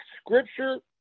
scripture